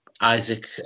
Isaac